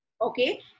Okay